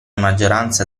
maggioranza